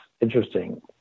interesting